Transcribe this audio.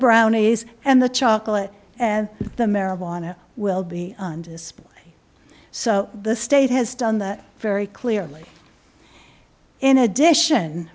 brownies and the chocolate and the marijuana will be on display so the state has done that very clearly in addition